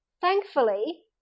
Thankfully